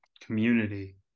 community